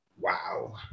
wow